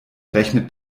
rechnet